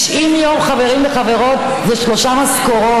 90 יום, חברים וחברות, זה שלוש משכורות.